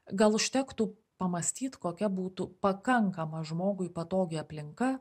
gal užtektų pamąstyt kokia būtų pakankama žmogui patogi aplinka